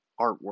artwork